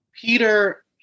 Peter